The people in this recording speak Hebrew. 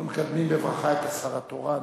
אנחנו מקדמים בברכה את השר התורן.